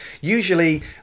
Usually